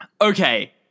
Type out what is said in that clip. Okay